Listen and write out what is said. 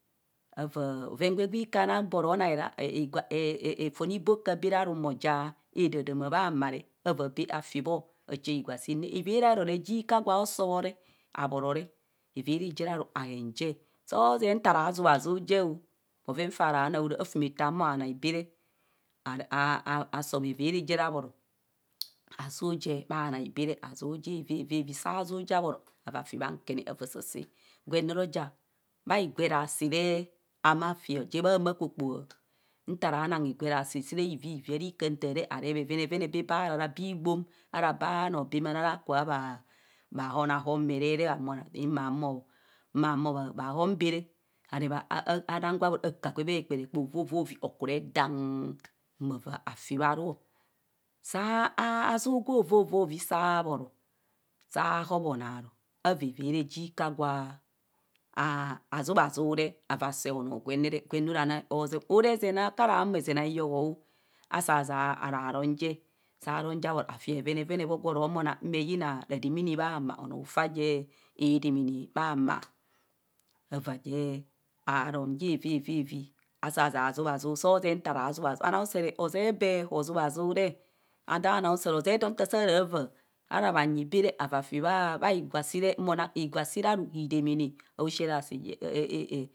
Avaa bhoven gwe gwika anang gworo nang fon iboka ba are aru moja adaadama bha maa re ava bee afi bho achaa igwa siin ne evere earore jika gwa asobho re abhoro re evere je re aru ahenje soo zee nta ra zuazu je o bhoven faa ra nang ara afumeto a huma bhanai bee re a asobho evere je re abhoro ara zuu je bhanai bee re azuu je avavavi saa zuu je abhoro avaa fi bhankene avaa saase gwen ne re oja bhigover erasi re hama fi je ama kpokpoa nto raa nang higwa orasi si re ivivi a ree bherene vene bee baa har ara bee igbon ara baa noo bamania ra hon a hon maa ree re bhahumo rapin ma humo ma mo humo bha hon bee re, anang gwe abhora akaa gwe bee kperke ovovovi okure daang mma vaa afi boo aru awa evere jikah gwa a a zuazu re awaa seng onoo gwen ne re, gwen ne ora ni ozeb o, ara zen akaro ezen ihoho o asa zaa raroong je saa rong je abhoro afi bhevenevene bho gwo ro nang me yina bho dam ane bha onoo faa je bha maa adamạ ana bha maa ava je aroong awavavi asaa zaa zu azu so zee nta ra zu azu bha noo a usere ozee bee hezuazu re, adoo anoo usere ozee doo nta saraa vaa ara bhanyi baa re awaa fi baa higw a sii re mo nang higwa sii ra ru hi damaa na aushii erasi je re.